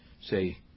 say